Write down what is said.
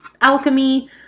alchemy